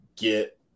get